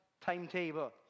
timetable